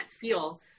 feel